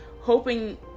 hoping